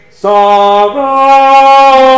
sorrow